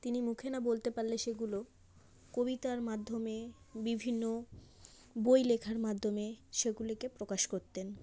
তিনি মুখে না বলতে পারলে সেগুলো কবিতার মাধ্যমে বিভিন্ন বই লেখার মাধ্যমে সেগুলিকে প্রকাশ করতেন